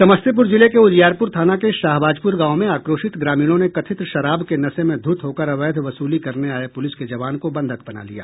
समस्तीपुर जिले के उजियारपुर थाना के शाहबाजपुर गांव में आक्रोशित ग्रामीणों ने कथित शराब के नशे में धुत होकर अवैध वसूली करने आए पुलिस के जवान को बंधक बना लिया